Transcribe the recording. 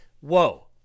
whoa